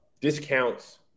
discounts